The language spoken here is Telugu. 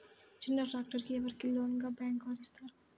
చిన్న ట్రాక్టర్ ఎవరికి లోన్గా బ్యాంక్ వారు ఇస్తారు?